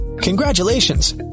Congratulations